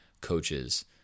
coaches